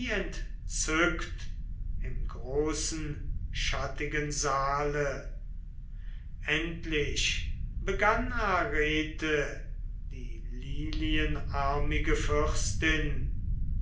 entzückt im großen schattigen saale endlich begann arete die lilienarmige fürstin